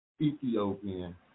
Ethiopian